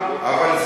בחינוך.